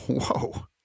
Whoa